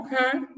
okay